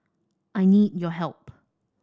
I need your help